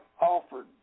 offered